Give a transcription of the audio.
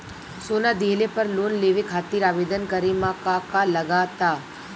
सोना दिहले पर लोन लेवे खातिर आवेदन करे म का का लगा तऽ?